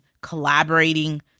collaborating